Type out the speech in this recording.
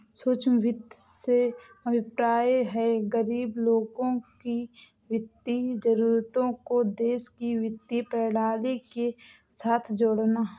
सूक्ष्म वित्त से अभिप्राय है, गरीब लोगों की वित्तीय जरूरतों को देश की वित्तीय प्रणाली के साथ जोड़ना